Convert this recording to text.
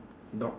dog